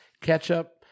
ketchup